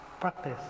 practice